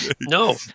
No